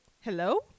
Hello